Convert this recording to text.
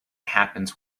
happens